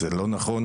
זה לא נכון,